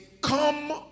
Come